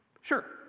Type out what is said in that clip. Sure